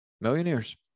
millionaires